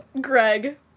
Greg